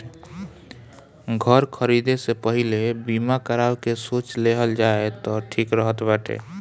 घर खरीदे से पहिले बीमा करावे के सोच लेहल जाए तअ ठीक रहत बाटे